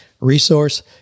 Resource